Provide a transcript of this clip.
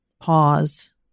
pause